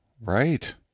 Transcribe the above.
Right